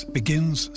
begins